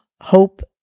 hope